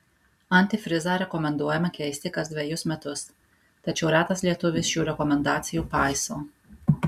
antifrizą rekomenduojama keisti kas dvejus metus tačiau retas lietuvis šių rekomendacijų paiso